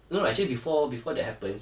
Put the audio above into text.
no lah actually before before that happens